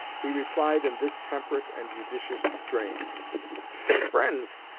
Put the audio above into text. he replied in this temperate and judicious strain friends,